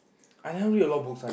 I never read a lot of books one